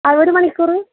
ആ ഒരു മണിക്കൂർ